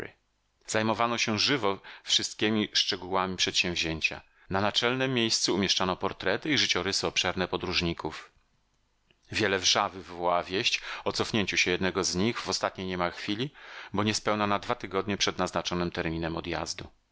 zajmowano się żywo wszystkiemi szczegółami przedsięwzięcia na naczelnem miejscu umieszczano portrety i życiorysy obszerne podróżników wiele wrzawy wywołała wieść o cofnięciu się jednego z nich w ostatniej niemal chwili bo niespełna na dwa tygodnie przed naznaczonym terminem odjazdu